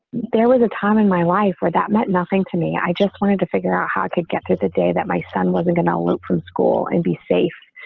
there was a time in my life where that meant nothing to me. i just wanted to figure out how i could get through the day that my son wasn't going to loop from school and be safe.